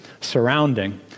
surrounding